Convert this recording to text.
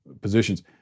positions